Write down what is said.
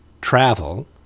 Travel